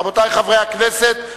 רבותי חברי הכנסת,